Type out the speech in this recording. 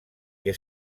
que